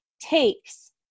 takes